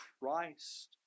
Christ